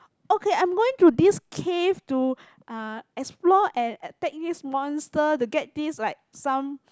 okay I am going to this cave to uh explore at and take this monster to get this like some